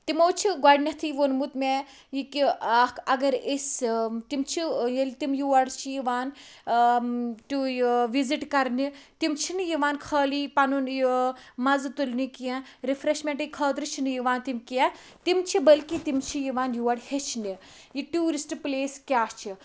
تِمو چھُ گۄڈٕنیٚتھٕے ووٚنمُت مےٚ یہِ کہِ اکھ اَگَر أسۍ تِم چھِ ییٚلہِ تِم یور چھِ یِوان وِزِٹ ٹیو کَرنہِ تِم چھِ نہٕ یِوان خٲلی پَنُن یہِ مَزٕ تُلنہِ کینٚہہ رِفریشمنٹٕے خٲطرٕ چھِ نہٕ یوان تِم کینٛہہ تِم چھِ بلکہِ تِم چھِ یِوان یور ہیٚچھنہِ یہِ ٹیورِسٹ پٕلیس کیاہ چھِ